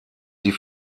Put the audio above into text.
sie